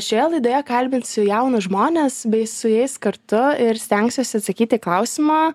šioje laidoje kalbinsiu jaunus žmones bei su jais kartu ir stengsiuosi atsakyti į klausimą